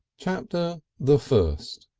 chapter the first.